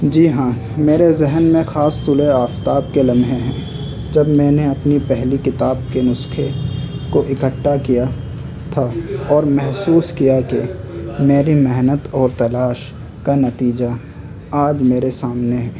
جی ہاں میرے ذہن میں خاص طلوع آفتاب کے لمحے ہیں جب میں نے اپنی پہلی کتاب کے نسخے کو اکٹھا کیا تھا اور محسوس کیا کہ میری محنت اور تلاش کا نتیجہ آج میرے سامنے ہے